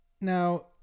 Now